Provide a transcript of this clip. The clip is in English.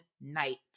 night